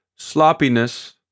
sloppiness